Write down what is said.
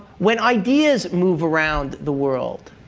when ideas move around the world,